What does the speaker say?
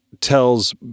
tells